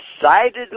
decidedly